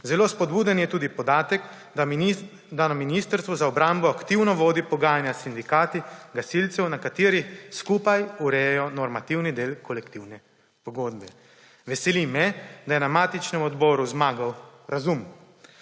Zelo spodbuden je tudi podatek, da Ministrstvo za obrambo aktivno vodi pogajanja s sindikati gasilcev, na katerem skupaj urejajo normativni del kolektivne pogodbe. Veseli me, da je na matičnem odboru zmagal razum.